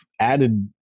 added